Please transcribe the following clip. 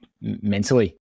mentally